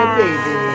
baby